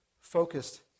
focused